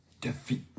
defeat